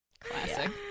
Classic